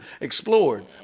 explored